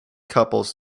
couples